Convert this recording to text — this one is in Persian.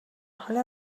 حال